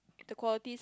the quality